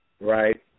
right